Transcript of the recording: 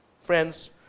Friends